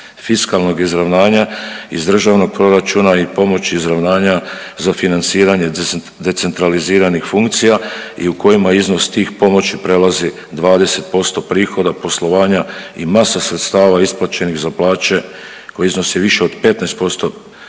fiskalnog izravnanja iz Državnog proračuna i pomoć izravnanja za financiranje decentraliziranih funkcija i u kojima iznos tih pomoći prelazi 20% prihoda, poslovanja i masa sredstava isplaćenih za plaće koje iznose više od 15% prihoda